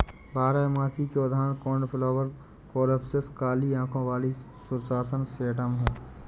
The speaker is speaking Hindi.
बारहमासी के उदाहरण कोर्नफ्लॉवर, कोरॉप्सिस, काली आंखों वाली सुसान, सेडम हैं